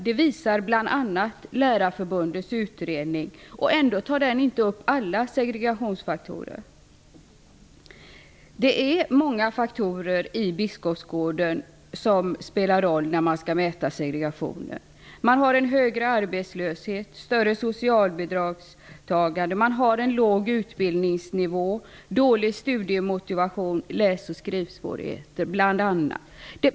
Det visar bl.a. Lärarförbundets utredning. Ändå tar den inte upp alla segregationsfaktorer. Det är många faktorer när det gäller Biskopsgården som spelar roll när man skall mäta segregationen. Man har en högre arbetslöshet och ett högre socialbidragstagande. Man har en bl.a. låg utbildningsnivå, dålig studiemotivation och läs och skrivsvårigheter.